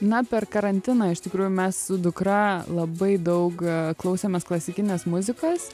na per karantiną iš tikrųjų mes su dukra labai daug klausėmės klasikinės muzikos